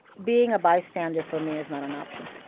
being a bystander for me is not an option